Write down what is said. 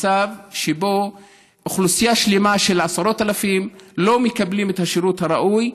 מצב שבו אוכלוסייה שלמה של עשרות אלפים לא מקבלת את השירות הראוי.